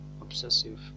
obsessive